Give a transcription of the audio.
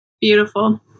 beautiful